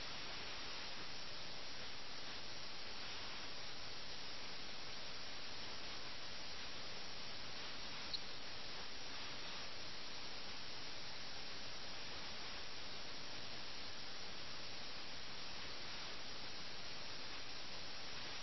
രാഷ്ട്രീയ തകർച്ചയോടുള്ള മിർസയുടെ താൽപ്പര്യത്തിൽ നിന്ന് ഇപ്പോൾ നിങ്ങൾക്ക് മനസിലാക്കാൻ കഴിയും അവൻ തന്റെ ചെസ്സ് കളിയിൽ പരാജയപ്പെടുകയാണെന്ന് ചെസ്സ് കളിയിൽ തോൽക്കുന്നതിനാൽ നവാബിന്റെ പതനത്തിൽ അയാൾക്ക് താൽപ്പര്യമുണ്ട്